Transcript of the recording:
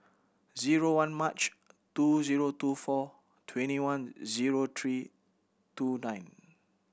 zero one March two zero two four twenty one zero three two nine